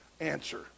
answer